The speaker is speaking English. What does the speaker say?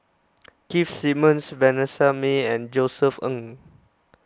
Keith Simmons Vanessa Mae and Josef Ng